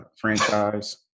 franchise